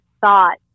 thought